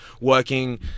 working